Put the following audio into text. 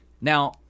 Now